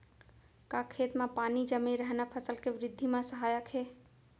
का खेत म पानी जमे रहना फसल के वृद्धि म सहायक हे?